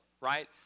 right